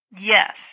Yes